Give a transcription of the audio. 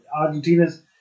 Argentina's